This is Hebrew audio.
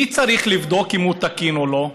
מי צריך לבדוק אם הוא תקין או לא?